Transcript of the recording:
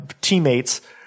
teammates